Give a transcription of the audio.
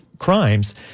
crimes